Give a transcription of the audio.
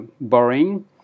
boring